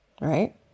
right